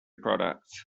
products